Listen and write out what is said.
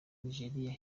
nigeria